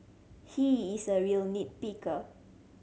he is a real nit picker